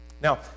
Now